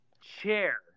chair